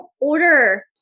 order